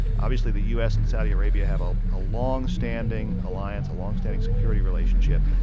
obviously, the u s. and saudi arabia have ah a long-standing alliance, a long-standing security relationship.